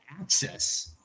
access